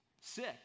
sick